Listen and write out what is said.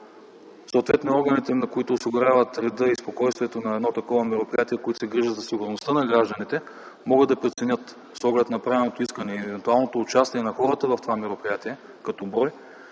Съответно органите, които осигуряват реда и спокойствието на едно такова мероприятие, които се грижат за сигурността на гражданите, могат да преценят с оглед на направеното искане и евентуалното участие на хората в това мероприятие, като брой,